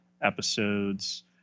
episodes